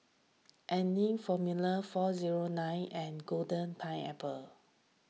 Anlene formula four zero nine and Golden Pineapple